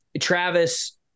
Travis